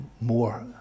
more